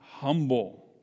humble